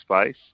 space